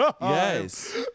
yes